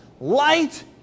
light